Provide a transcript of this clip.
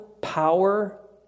power